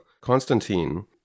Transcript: Constantine